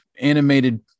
animated